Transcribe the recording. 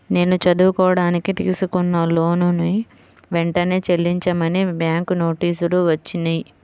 నేను చదువుకోడానికి తీసుకున్న లోనుని వెంటనే చెల్లించమని బ్యాంకు నోటీసులు వచ్చినియ్యి